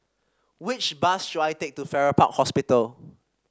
which bus should I take to Farrer Park Hospital